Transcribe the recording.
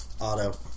auto